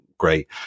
great